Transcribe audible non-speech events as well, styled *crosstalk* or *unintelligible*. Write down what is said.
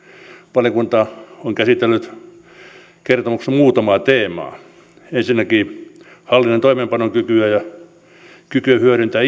valiokunta on käsitellyt kertomuksessa muutamaa teemaa ensinnäkin hallinnon toimeenpanokykyä hyödyntää *unintelligible*